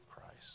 Christ